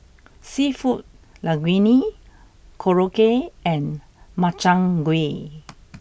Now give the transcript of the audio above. Seafood Linguine Korokke and Makchang gui